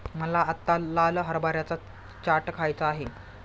मला आत्ता लाल हरभऱ्याचा चाट खायचा आहे